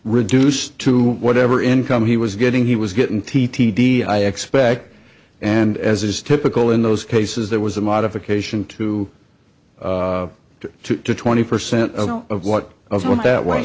reduced to whatever income he was getting he was getting t t d i expect and as is typical in those cases there was a modification to two to twenty percent of what i was when that wa